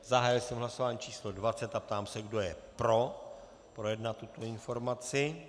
Zahájil jsem hlasování číslo 20 a ptám se, kdo je pro projednat tuto informaci.